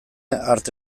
arte